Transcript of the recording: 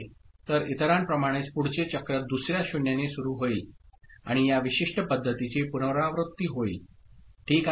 तर इतरांप्रमाणेच पुढचे चक्र दुसर्या 0 ने सुरू होईल आणि या विशिष्ट पद्धतीची पुनरावृत्ती होईल ठीक आहे